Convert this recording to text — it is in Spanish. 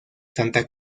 santa